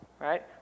right